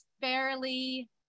fairly